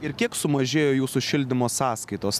ir kiek sumažėjo jūsų šildymo sąskaitos